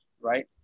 right